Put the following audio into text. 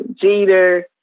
Jeter